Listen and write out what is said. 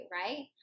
right